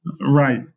Right